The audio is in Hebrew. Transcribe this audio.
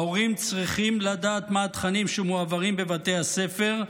ההורים צריכים לדעת מה התכנים שמועברים בבתי הספר,